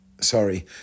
Sorry